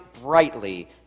brightly